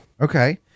Okay